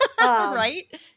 Right